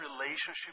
relationship